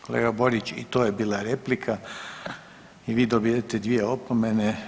Kolega Borić i to je bila replika i vi dobivate dvije opomene.